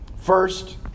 First